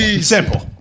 Simple